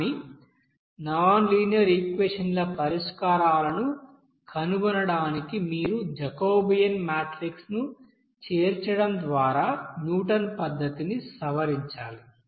కాని non linear ఈక్వెషన్ల పరిష్కారాలను కనుగొనడానికి మీరు జాకోబియన్ మాట్రిక్ ను చేర్చడం ద్వారా న్యూటన్ పద్ధతిని సవరించాలి